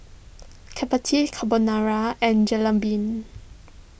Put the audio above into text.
Chapati Carbonara and Jalebi